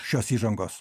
šios įžangos